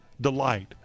delight